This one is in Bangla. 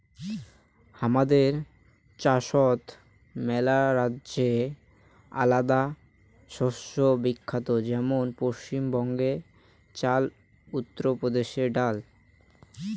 হামাদের দ্যাশোত মেলারাজ্যে আলাদা শস্য বিখ্যাত যেমন পশ্চিম বঙ্গতে চাল, উত্তর প্রদেশে ডাল